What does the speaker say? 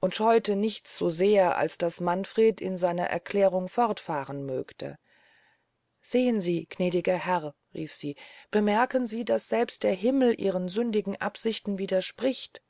und scheute nichts so sehr als daß manfred in seiner erklärung fortfahren mögte sehn sie gnädiger herr rief sie bemerken sie daß selbst der himmel ihren sündigen absichten widerspricht